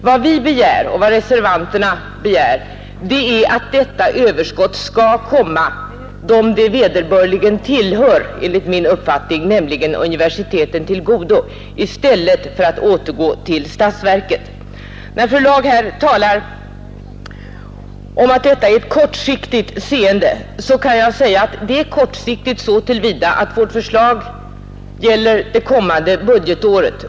Vad vi och reservanterna begär är att detta överskott skall komma dem det enligt min uppfattning vederbörligen tillhör, nämligen universiteten, till godo i stället för att återgå till statsverket. Fru Laag talar om att detta är ett kortsiktigt synsätt, och jag kan medge att det är kortsiktigt så till vida att vårt förslag gäller det kommande budgetåret.